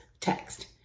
text